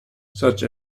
such